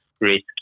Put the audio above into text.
risky